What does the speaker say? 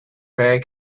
very